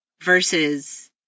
versus